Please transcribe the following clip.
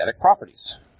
properties